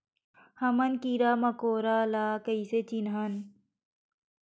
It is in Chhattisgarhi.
हमन कीरा मकोरा ला कइसे चिन्हन?